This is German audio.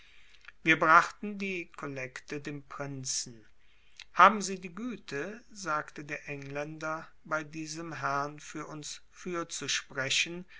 wir brachten die kollekte dem prinzen haben sie die güte sagte der engländer bei diesem herrn für uns fürzusprechen